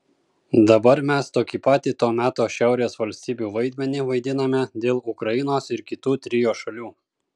dabar mes tokį patį to meto šiaurės valstybių vaidmenį vaidiname dėl ukrainos ir kitų trio šalių